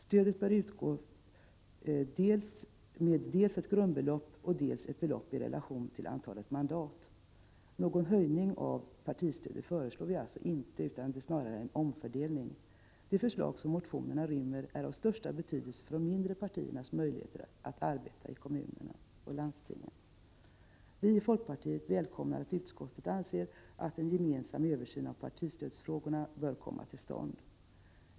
Stödet bör utgå med dels ett grundbelopp, dels ett belopp i relation till antalet mandat. Vi föreslår alltså inte någon höjning av partistödet utan snarare en omfördelning. Det förslag som motionerna rymmer är av största betydelse för de mindre partiernas möjlighet att arbeta i kommunerna och landstingen. Vi i folkpartiet välkomnar att utskottet anser att en gemensam översyn av partistödsfrågorna bör komma till stånd.